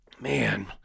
man